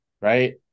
Right